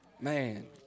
Man